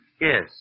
Yes